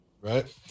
right